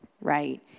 Right